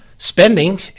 Spending